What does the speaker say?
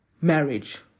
marriage